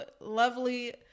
lovely